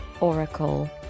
Oracle